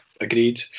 agreed